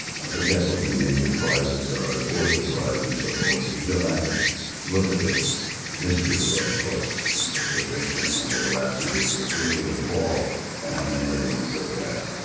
i forget what the major prizes are, the pulitzer prize and so forth, if you go back and look at the history of those books for fiction over the last hundred years, you'll be appalled at how many of them are so bad.